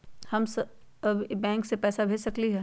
हम सब बैंक में पैसा भेज सकली ह?